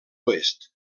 oest